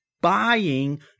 buying